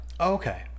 Okay